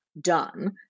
done